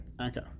Okay